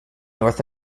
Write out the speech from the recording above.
north